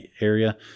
area